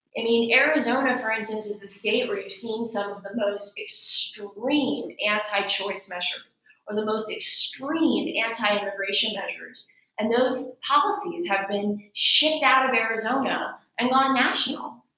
i mean arizona for instance is a state you've seen some of the most extreme anti-choice measures or the most extreme anti-immigration measures and those policies have been shipped out of arizona and gone national,